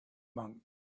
monk